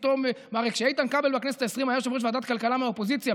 הרי כשאיתן כבל בכנסת העשרים היה יושב-ראש ועדת הכלכלה מהאופוזיציה,